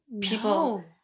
People